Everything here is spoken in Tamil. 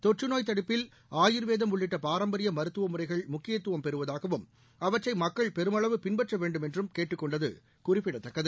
தொற்றுநோய் தடுப்பில் ஆயுர்வேதம் உள்ளிட்ட பாரம்பரிய மருத்துவ முறைகள் முக்கியத்துவம் பெறுவதாகவும் அவற்றை மக்கள் பெருமளவு பின்பற்ற வேண்டும் என்றும் கேட்டுக் கொண்டது குறிப்பிடத்தக்கது